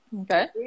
Okay